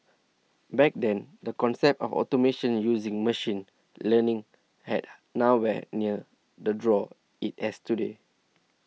back then the concept of automation using machine learning had nowhere near the draw it has today